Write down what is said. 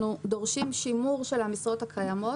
אנחנו דורשים שימור של המשרות הקיימות.